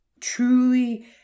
truly